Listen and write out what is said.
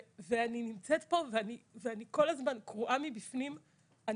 אני נמצאת פה ואני כל הזמן קרועה מבפנים.